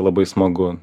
labai smagu